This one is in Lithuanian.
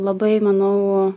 labai manau